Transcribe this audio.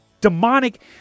demonic